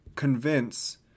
convince